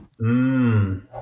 Mmm